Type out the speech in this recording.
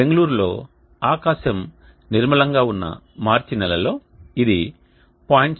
బెంగుళూరులో ఆకాశం నిర్మలంగా ఉన్న మార్చి నెలల్లో ఇది 0